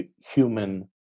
human